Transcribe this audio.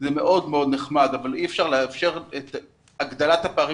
זה מאוד מאוד נחמד אבל אי אפשר לאפשר את הגדלת הפערים